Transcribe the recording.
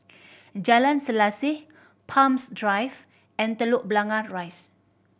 Jalan Selaseh Palms Drive and Telok Blangah Rise